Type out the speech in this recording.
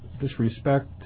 disrespect